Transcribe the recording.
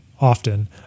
often